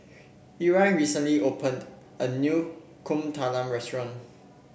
Ira recently opened a new Kuih Talam restaurant